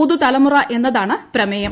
പുതുതലമൂറ്റ എന്നതാണ് പ്രമേയം